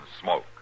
smoke